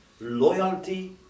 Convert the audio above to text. loyalty